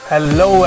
Hello